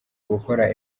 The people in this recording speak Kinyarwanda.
gukora